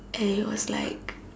and he was like